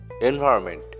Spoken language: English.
environment